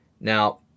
Now